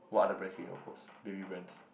what other brands can you propose baby brands